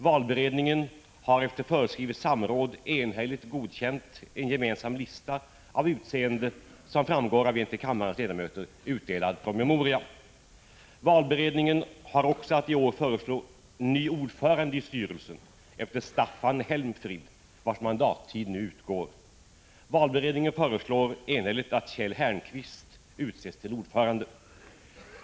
Valberedningen har efter föreskrivet samråd enhälligt godkänt en gemensam lista av utseende som framgår av en till kammarens ledamöter utdelad promemoria. Valberedningen har också att i år föreslå ny ordförande i styrelsen efter Staffan Helmfrid, vars mandattid nu utgår. Valberedningen föreslår enhälligt att Kjell Härnqvist utses till ordförande.